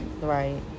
Right